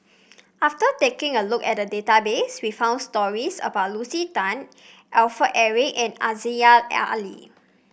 after taking a look at the database we found stories about Lucy Tan Alfred Eric and Aziza Ali